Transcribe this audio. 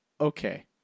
Okay